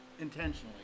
intentionally